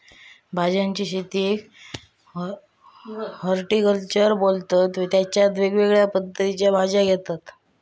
भाज्यांच्या शेतीयेक हॉर्टिकल्चर बोलतत तेच्यात वेगवेगळ्या पद्धतीच्यो भाज्यो घेतत